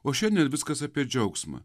o šiandien viskas apie džiaugsmą